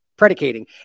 predicating